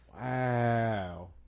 wow